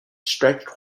stretched